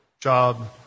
job